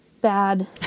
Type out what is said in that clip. bad